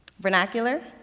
vernacular